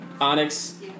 Onyx